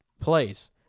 plays